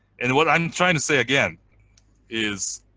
and what i'm trying to say again is